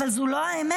אבל זאת לא האמת,